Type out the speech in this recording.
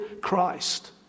Christ